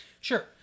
Sure